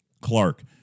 Clark